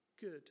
good